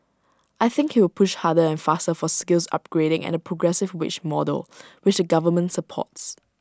I think he will push harder and faster for skills upgrading and the progressive wage model which the government supports